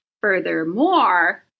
furthermore